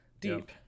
deep